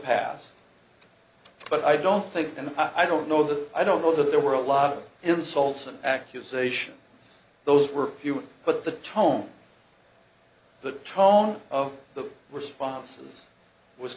past but i don't think and i don't know that i don't know that there were a lot of insults and accusations those were few but the tone the tone of the responses was